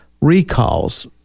recalls